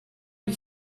you